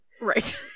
Right